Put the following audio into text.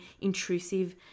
intrusive